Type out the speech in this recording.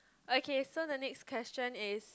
okay so the next question is